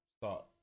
start